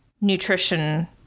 nutrition